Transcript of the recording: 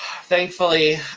Thankfully